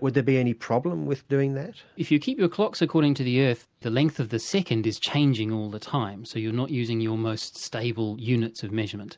would there be any problem with doing that? if you keep your clocks according to the earth the length of the second is changing all the time so you're not using your most stable units of measurement.